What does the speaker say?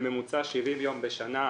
בממוצע 70 יום בשנה.